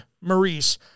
Maurice